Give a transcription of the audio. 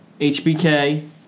HBK